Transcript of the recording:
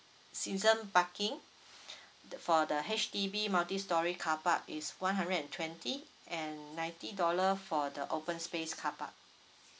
season parking for the H_D_B multistorey car park is one hundred and twenty and ninety dollar for the open space car park